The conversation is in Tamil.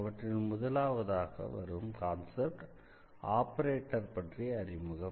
அவற்றில் முதலாவதாக வரும் கான்செப்ட் ஆபரேட்டர் பற்றிய அறிமுகம்